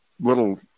little